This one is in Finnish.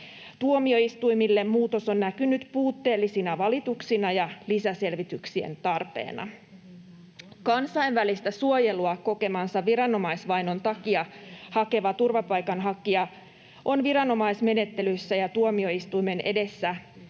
Tuomioistuimille muutos on näkynyt puutteellisina valituksina ja lisäselvityksien tarpeena. Kansainvälistä suojelua kokemansa viranomaisvainon takia hakeva turvapaikanhakija on viranomaismenettelyissä ja tuomioistuimen edessä